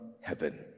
heaven